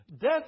Death